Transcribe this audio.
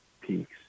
peaks